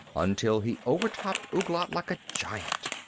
until he overtopped ouglat like a giant.